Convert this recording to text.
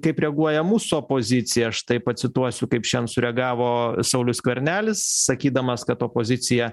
kaip reaguoja mūsų opozicija štai pacituosiu kaip šian sureagavo saulius skvernelis sakydamas kad opozicija